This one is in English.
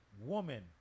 woman